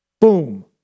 Boom